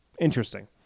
Interesting